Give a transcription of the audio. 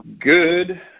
Good